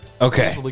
Okay